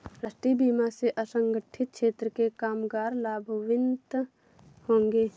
राष्ट्रीय बीमा से असंगठित क्षेत्र के कामगार लाभान्वित होंगे